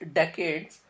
decades